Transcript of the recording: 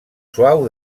suau